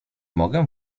mogę